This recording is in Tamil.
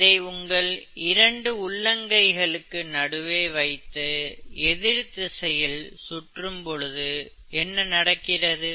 இதை உங்கள் இரண்டு உள்ளங்கை களுக்கு நடுவே வைத்து எதிர் திசையில் சுற்றும் பொழுது என்ன நடக்கிறது